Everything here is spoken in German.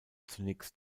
zunächst